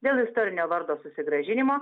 dėl istorinio vardo susigrąžinimo